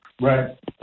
Right